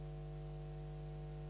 Hvala